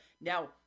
Now –